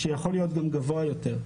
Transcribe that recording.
שיכול להיות גם גבוה יותר,